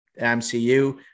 MCU